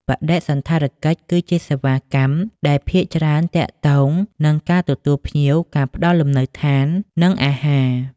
បដិសណ្ឋារកិច្ចគឺជាសេវាកម្មដែលភាគច្រើនទាក់ទងនឹងការទទួលភ្ញៀវ ការផ្តល់លំនៅ និងអាហារ។